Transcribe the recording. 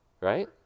Right